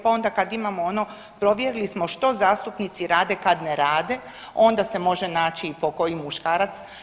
Pa onda kad imamo ono, provjerili smo što zastupnici rade kad ne rade, onda se može naći i pokoji muškarac.